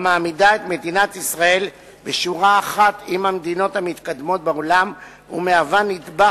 המעמידה את מדינת ישראל בשורה אחת עם המדינות המתקדמות בעולם ומהווה נדבך